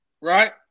Right